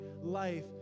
life